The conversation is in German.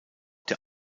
der